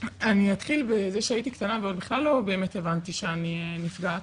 אני אתחיל בזה שהייתי קטנה ובכלל לא באמת הבנתי שאני נפגעת.